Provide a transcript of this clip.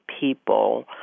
people